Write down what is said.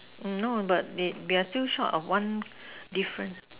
um no but they they are still short of one difference